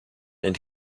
and